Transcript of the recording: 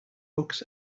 books